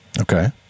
Okay